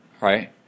right